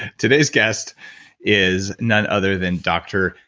today's guest is none other than dr.